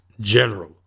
general